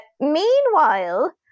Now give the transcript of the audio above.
Meanwhile